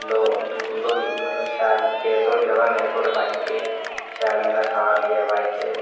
दूर धोड़ी मतलब चिर धोड़ी रवै बाईक एह् शैल मेरा साथ देऐ बाईक एह्